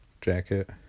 jacket